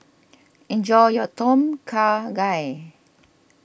enjoy your Tom Kha Gai